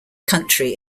country